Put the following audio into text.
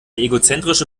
egozentrische